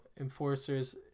enforcers